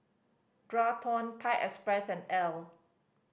Thai Express Elle